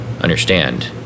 understand